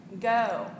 go